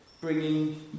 bringing